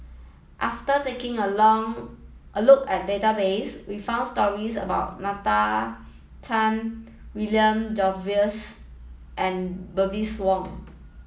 after taking a long a look at the database we found stories about Nalla Tan William Jervois and Bernice Wong